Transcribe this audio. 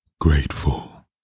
Grateful